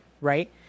Right